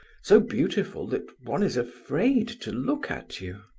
so beautiful that one is afraid to look at you.